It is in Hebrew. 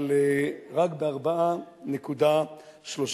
אבל רק ב-4.3%.